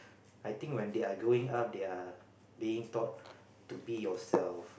I think when they are growing up they are being taught to be yourself